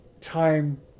time